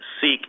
seek